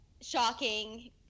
shocking